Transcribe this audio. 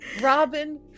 Robin